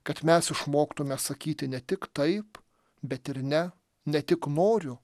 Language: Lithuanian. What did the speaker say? kad mes išmoktumėme sakyti ne tik taip bet ir ne ne tik noriu